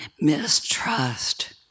mistrust